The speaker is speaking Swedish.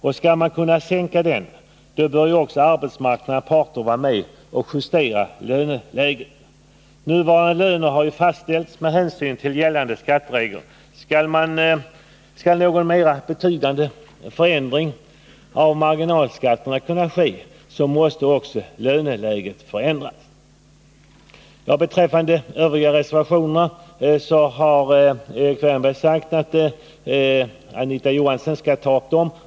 För att man skall kunna sänka den bör också arbetsmarknadens parter vara med på en justering av löneläget. Nuvarande löner har ju fastställts med hänsyn till gällande skatteregler. Skall någon mera betydande förändring av marginalskatterna kunna ske, måste också löneläget förändras. Beträffande de övriga reservationerna har Erik Wärnberg sagt att Anita Johansson skall ta upp dem.